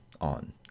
on